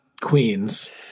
Queens